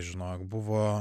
žinok buvo